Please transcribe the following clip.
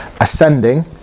ascending